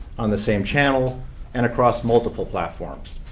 on the same channel and across multiple platforms.